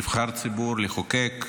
נבחר ציבור, לחוקק,